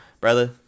brother